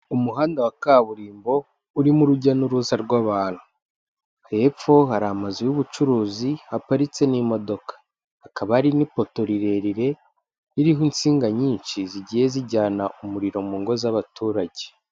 Umuhanda wa kaburimbo urimo urujya n'uruza rw'abantu. Hepfo hari amazu y'ubucuruzi haparitse n'imodoka. Hakaba hari n'ipoto rirerire ririho insinga nyinshi zigiye zijyana umuriro mu ngo z'abaturage.